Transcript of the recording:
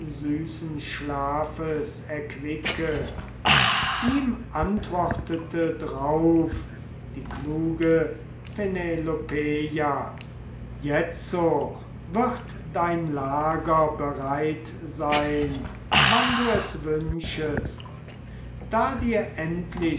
süßen schlafes erquicke ihm antwortete drauf die kluge penelopeia jetzo wird dein lager bereit sein wann du es wünschest da dir